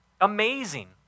Amazing